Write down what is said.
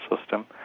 system